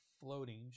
floating